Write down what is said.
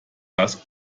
das